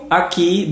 aqui